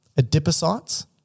Adipocytes